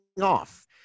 off